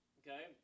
okay